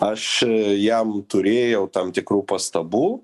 aš jam turėjau tam tikrų pastabų